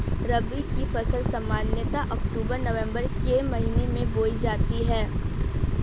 रबी की फ़सल सामान्यतः अक्तूबर नवम्बर के महीने में बोई जाती हैं